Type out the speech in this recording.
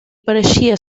pareixia